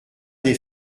des